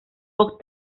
poc